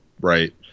Right